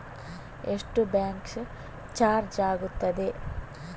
ಎಷ್ಟು bank charge ಆಗುತ್ತದೆ?